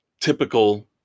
typical